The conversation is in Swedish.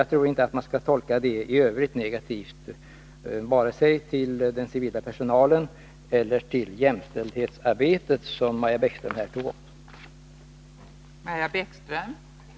Jag tror inte att man skall tolka det som i övrigt negativt, vare sig till den civila personalen eller till jämställdhetsarbetet, som Maja Bäckström här tog upp.